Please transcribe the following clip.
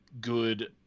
good